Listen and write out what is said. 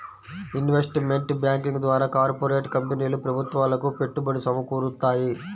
investment banking ద్వారా corporate కంపెనీలు ప్రభుత్వాలకు పెట్టుబడి సమకూరుత్తాయి